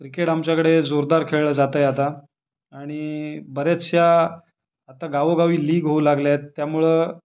cricket आमच्याकडे जोरदार खेळला जातं आहे आता आणि बऱ्याचशा आता गावोगावी लीग होऊ लागल्यात त्यामुळं